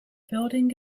building